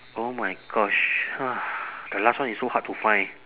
oh my gosh the last one is so hard to find